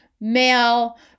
male